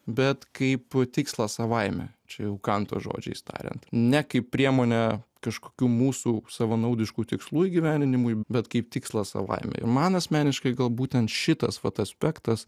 bet kaip tikslą savaime čia jau kanto žodžiais tariant ne kaip priemonę kažkokių mūsų savanaudiškų tikslų įgyveninimui bet kaip tikslą savaime ir man asmeniškai gal būtent šitas vat aspektas